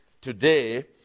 today